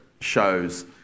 shows